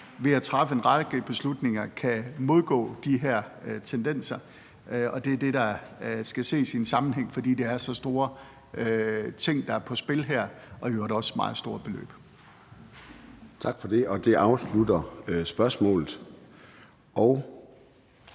ved at træffe en række beslutninger kan modgå de her tendenser. Og det er det, der skal ses i en sammenhæng, fordi det er så store ting, der er på spil her, og i øvrigt også meget store beløb. Kl. 13:07 Formanden (Søren